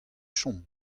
chom